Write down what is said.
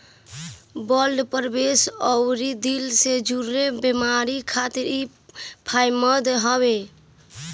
blood pressure अउरी दिल से जुड़ल बेमारी खातिर इ फायदेमंद हवे